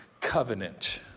covenant